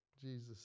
Jesus